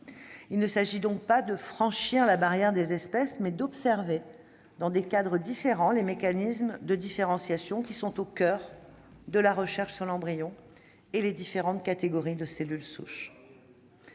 question non pas de franchir la barrière des espèces, ... Alors, c'est quoi ?... mais d'observer, dans des cadres différents, les mécanismes de différenciation qui sont au coeur de la recherche sur l'embryon et les différentes catégories de cellules souches.